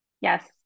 Yes